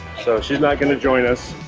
so, she's not gonna join us.